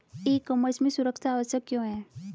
ई commerce में सुरक्षा आवश्यक क्यों है?